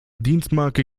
dienstmarke